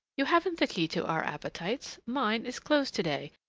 you haven't the key to our appetites. mine is closed to-day,